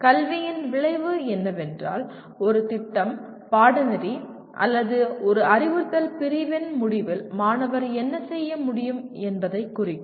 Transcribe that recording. கல்வியின் விளைவு என்னவென்றால் ஒரு திட்டம் பாடநெறி அல்லது ஒரு அறிவுறுத்தல் பிரிவின் முடிவில் மாணவர் என்ன செய்ய முடியும் என்பதை குறிக்கும்